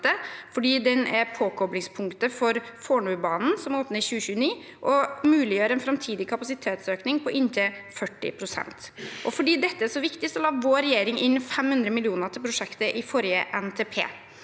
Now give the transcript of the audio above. fordi den er påkoblingspunktet for Fornebubanen, som åpner i 2029, og muliggjør en framtidig kapasitetsøkning på inntil 40 pst. Fordi dette er så viktig, la vår regjering inn 500 mill. kr til prosjektet i forrige NTP.